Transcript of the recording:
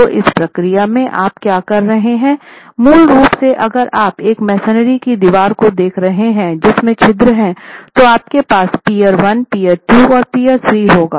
तो इस प्रक्रिया में आप क्या कर रहे हैं मूल रूप से अगर आप एक मेसनरी की दीवार को देख रहे हैं जिसमें छिद्र हैं तो आपके पास पीअर 1 पीअर 2 और पीअर 3 होगा